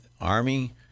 Army